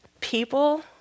People